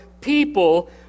people